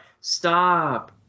stop